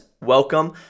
welcome